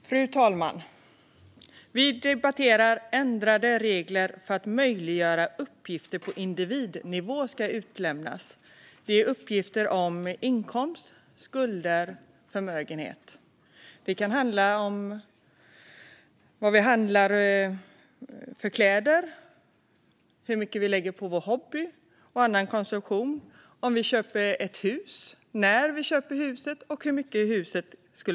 Fru talman! Vi ska nu debattera ändrade regler för att möjliggöra att uppgifter på individnivå ska lämnas ut. Det är uppgifter om inkomst, skuld och förmögenhet. Det kan handla om vilka kläder vi handlar, hur mycket pengar vi lägger på vår hobby och annan konsumtion. Det kan handla om köp av ett hus och i så fall när vi köper huset och hur mycket huset kostar.